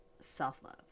self-love